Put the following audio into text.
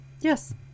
yes